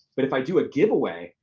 but if i do a giveaway,